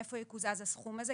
מאיפה יקוזז הסכום הזה?